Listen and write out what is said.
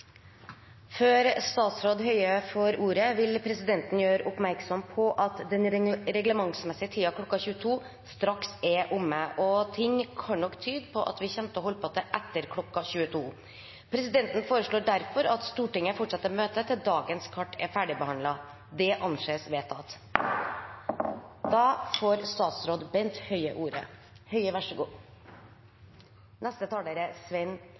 før saken kommer tilbake til Stortinget for endelig behandling. Før statsråd Høie får ordet vil presidenten gjøre oppmerksom på at den reglementsmessige tiden straks er omme, og ting kan tyde på at vi kommer til å holde på til etter kl. 22. Presidenten foreslår derfor at Stortinget fortsetter møtet til dagens kart er ferdigbehandlet. – Det anses vedtatt.